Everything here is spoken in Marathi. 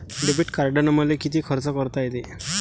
डेबिट कार्डानं मले किती खर्च करता येते?